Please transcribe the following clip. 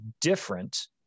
different